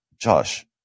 Josh